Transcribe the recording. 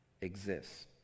exists